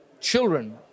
Children